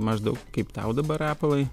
maždaug kaip tau dabar rapolai